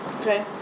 Okay